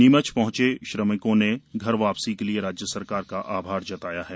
नीमच पहुंचे श्रमिकों ने घर वापसी के लिए राज्य सरकार का आभार जताया है